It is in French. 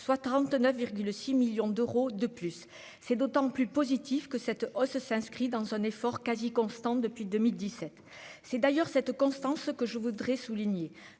soit 39,6 millions d'euros de plus, c'est d'autant plus positif que cette hausse s'inscrit dans un effort quasi constante depuis 2017, c'est d'ailleurs cette constance, ce que je voudrais souligner,